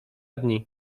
dni